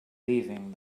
leaving